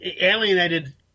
alienated